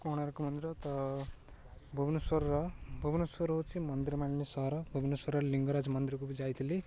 କୋଣାର୍କ ମନ୍ଦିର ତ ଭୁବନେଶ୍ୱରର ଭୁବନେଶ୍ୱର ହେଉଛି ମନ୍ଦିର ମାଳିନୀ ସହର ଭୁବନେଶ୍ୱର ଲିଙ୍ଗରାଜ ମନ୍ଦିରକୁ ବି ଯାଇଥିଲି